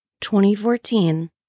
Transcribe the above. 2014